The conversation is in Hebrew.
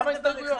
כמה הסתייגויות.